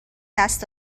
دست